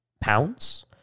pounds